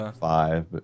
five